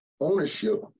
ownership